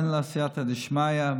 אין לה סייעתא דשמיא,